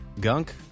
gunk